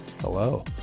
Hello